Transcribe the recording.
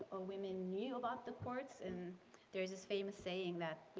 ah women knew about the courts. and there is this famous saying that,